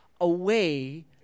away